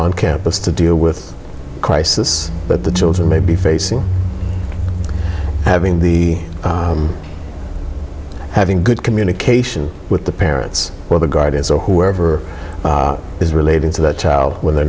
on campus to deal with a crisis but the children may be facing having the having good communication with the parents or the guardians or whoever is relating to the child when they're